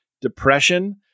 depression